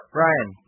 Brian